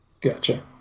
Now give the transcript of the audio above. Gotcha